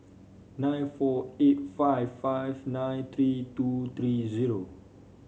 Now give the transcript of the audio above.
nine four eight five five nine three two three zero